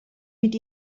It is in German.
mit